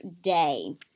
day